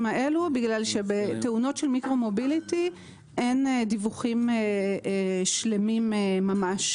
האלה כי בתאונות של מיקרו מוביליטי אין דיווחים שלמים ממש.